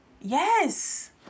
Yes